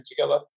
together